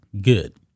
good